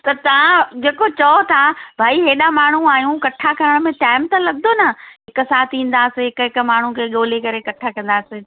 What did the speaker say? त तव्हां जेको चओ तव्हां भाई एॾा माण्हू आहियूं इकट्ठा करण में टाइम त लॻदो न हिकु साथ ईंदासि हिकु हिकु माण्हू खे ॻोल्हे करे इकट्ठा कंदासि